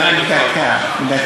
תן לי דקה.